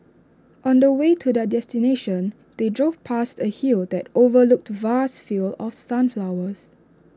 on the way to their destination they drove past A hill that overlooked vast fields of sunflowers